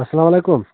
اسلام علیکُم